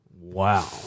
Wow